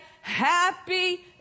happy